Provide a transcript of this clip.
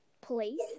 police